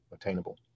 attainable